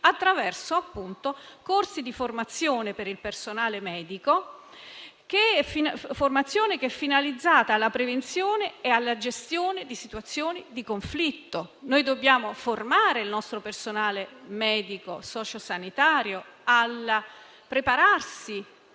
attraverso corsi di formazione per il personale medico, una formazione finalizzata alla prevenzione e alla gestione di situazioni di conflitto: dobbiamo formare il nostro personale medico e socio-sanitario e prepararlo